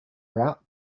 route